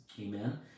Amen